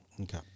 Okay